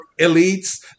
elites